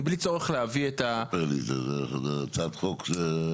זאת הצעת חוק.